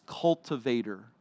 cultivator